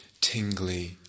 tingly